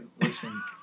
listen